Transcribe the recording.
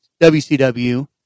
WCW